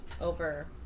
over